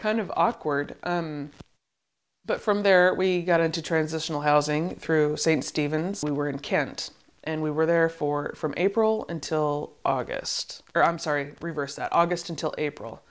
kind of awkward but from there we got into transitional housing through st stephen's we were in kent and we were there for from april and till august or i'm sorry reverse that august until april